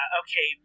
okay